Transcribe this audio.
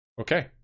Okay